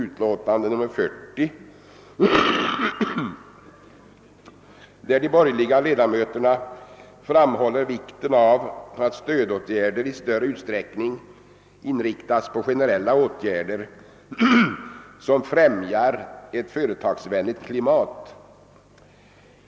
utlåtande nr 40, i vilken de borgerliga ledamöterna framhåller vikten av att stödet i större utsträckning inriktas på generella åtgärder som främjar ett företagsvänligt klimat.